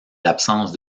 l’absence